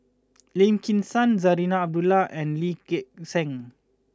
Lim Kim San Zarinah Abdullah and Lee Gek Seng